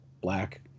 black